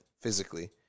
physically